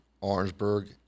Orangeburg